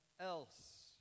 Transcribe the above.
else